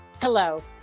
Hello